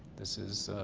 this is,